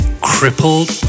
crippled